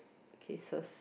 cases